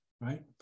Right